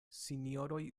sinjoroj